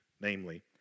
Namely